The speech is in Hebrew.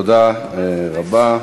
תודה רבה,